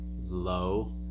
low